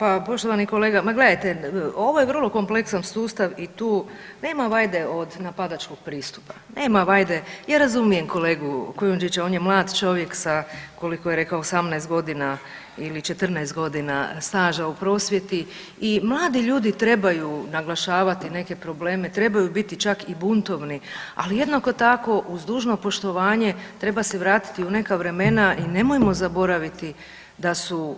Pa poštovani kolega ma gledajte ovo je vrlo kompleksan sustav i tu nema vajde od napadačkog pristupa, nema vajde, ja razumijem kolegu Kujundžića on je mlad čovjek sa, koliko je rekao sa 18 godina ili 14 godina staža u prosvjeti i mladi ljudi trebaju naglašavati neke probleme, trebaju biti čak i buntovni, ali jednako tako uz dužno poštovanje treba se vratiti u neka vremena i nemojmo zaboraviti da su,